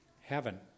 heaven